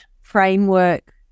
framework